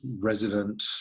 resident